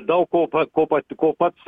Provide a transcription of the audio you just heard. daug ko pa ko pa ko pats